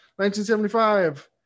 1975